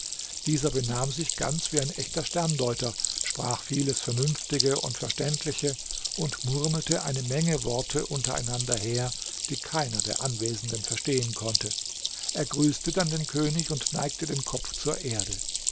dieser benahm sich ganz wie ein echter sterndeuter sprach vieles vernünftige und verständliche und murmelte eine menge worte unter einander her die keiner der anwesenden verstehen konnte er grüßte dann den könig und neigte den kopf zur erde